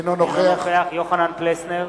אינו נוכח יוחנן פלסנר,